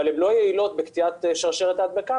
אבל הן לא יעילות בקטיעת שרשרת ההדבקה,